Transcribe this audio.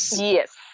yes